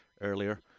earlier